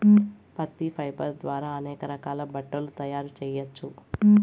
పత్తి ఫైబర్ ద్వారా అనేక రకాల బట్టలు తయారు చేయచ్చు